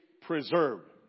preserved